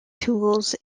tools